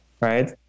Right